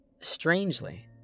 Strangely